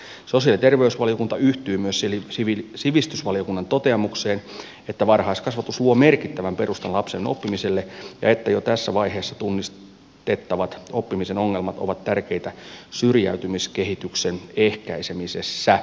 sosiaali ja terveysvaliokunta yhtyy myös sivistysvaliokunnan toteamukseen että varhaiskasvatus luo merkittävän perustan lapsen oppimiselle ja että jo tässä vaiheessa tunnistettavat oppimisen ongelmat ovat tärkeitä syrjäytymiskehityksen ehkäisemisessä